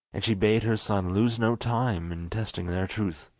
and she bade her son lose no time in testing their truth.